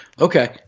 okay